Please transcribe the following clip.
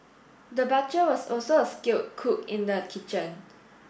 the was also a skilled cook in the kitchen